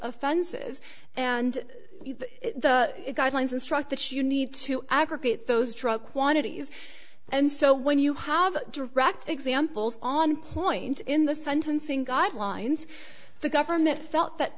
offenses and the guidelines instruct that you need to aggregate those drug quantities and so when you have direct examples on point in the sentencing guidelines the government felt that